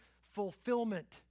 fulfillment